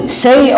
say